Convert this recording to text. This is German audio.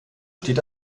steht